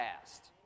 past